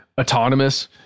autonomous